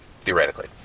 theoretically